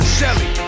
Shelly